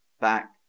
back